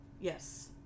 Yes